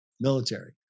military